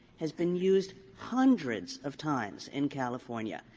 has been used hundreds of times in california.